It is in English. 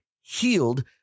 healed